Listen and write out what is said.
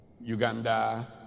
Uganda